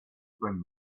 bring